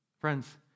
friends